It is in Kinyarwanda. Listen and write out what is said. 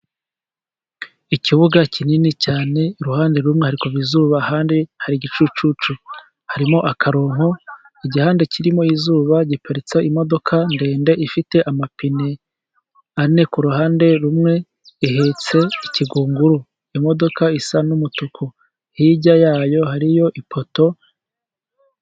Ikibuga kinini cyane iruhande rumwe hari kuva izuba, ahandi hari igicucu, harimo akarongo. Igihande kirimo izuba giparitsemo imodoka ndende ifite amapine ane, kuruhande rumwe ihetse ikigunguru. Imodoka isa n'umutuku hirya yayo hariyo ipoto.